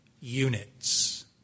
units